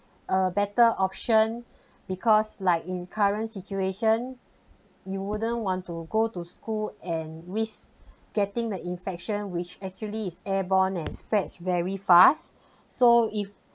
a better option because like in current situation you wouldn't want to go to school and risk getting the infection which actually is airborne and spreads very fast so if